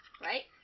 Right